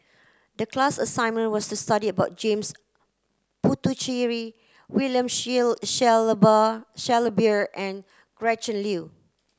the class assignment was to study about James Puthucheary William Shellabear and Gretchen Liu